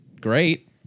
great